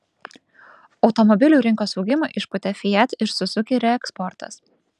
automobilių rinkos augimą išpūtė fiat ir suzuki reeksportas